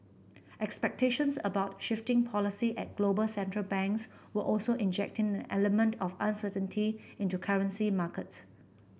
expectations about shifting policy at global central banks were also injecting an element of uncertainty into currency markets